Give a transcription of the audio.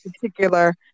particular